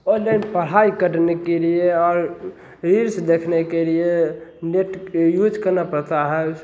online पढ़ाई करने के लिए और रील्स देखने के लिए नेट के यूज़ करना पड़ता है